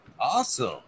Awesome